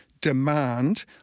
demand